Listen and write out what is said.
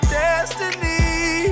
destiny